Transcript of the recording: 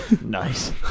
Nice